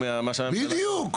אדוני היועץ המשפטי,